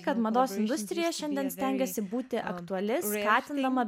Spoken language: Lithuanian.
kad mados industrija šiandien stengiasi būti aktuali skatindama